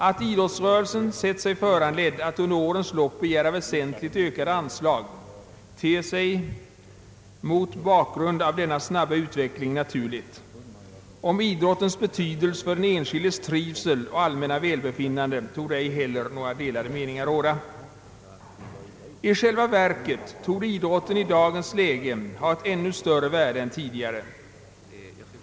Att idrottsrörelsen sett sig föranledd att under årens lopp begära väsentligt ökade anslag ter sig mot bakgrund av denna snabba utveckling naturligt. Om idrottens betydelse för den enskildes trivsel och allmänna välbefinnande torde ej heller några delade meningar råda. I själva verket torde idrotten i da gens läge ha ett ännu större värde än tidigare.